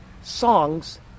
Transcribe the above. songs